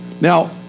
Now